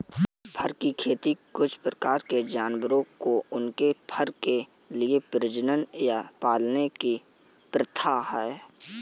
फर की खेती कुछ प्रकार के जानवरों को उनके फर के लिए प्रजनन या पालने की प्रथा है